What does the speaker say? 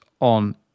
on